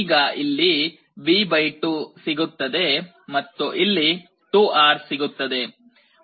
ಈಗ ಇಲ್ಲಿ V 2 ಸಿಗುತ್ತದೆ ಮತ್ತು ಇಲ್ಲಿ 2R ಸಿಗುತ್ತದೆ